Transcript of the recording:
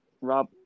Rob